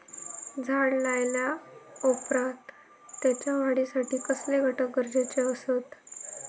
झाड लायल्या ओप्रात त्याच्या वाढीसाठी कसले घटक गरजेचे असत?